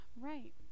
right